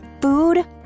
food